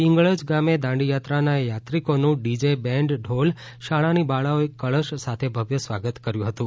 પીંગળજ ગામે દાંડીયાત્રાના યાત્રિકોનુ ડીજે બેન્ડ ઢોલ શાળાની બાળાઓએ કળશ સાથે ભવ્ય સ્વાગત કર્યુ હતુ